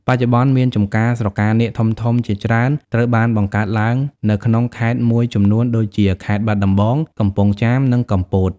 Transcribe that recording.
បច្ចុប្បន្ន មានចម្ការស្រកានាគធំៗជាច្រើនត្រូវបានបង្កើតឡើងនៅក្នុងខេត្តមួយចំនួនដូចជា ខេត្តបាត់ដំបង កំពង់ចាម និងកំពត។